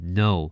no